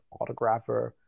autographer